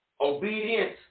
Obedience